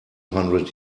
hundred